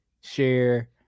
share